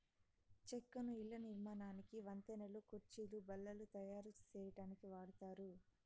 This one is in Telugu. చెక్కను ఇళ్ళ నిర్మాణానికి, వంతెనలు, కుర్చీలు, బల్లలు తాయారు సేయటానికి వాడతారు